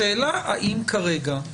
השאלה האם כרגע,